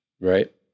right